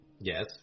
Yes